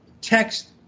text